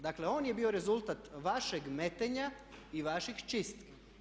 Dakle, on je bio rezultat vašeg metenja i vaših čistki.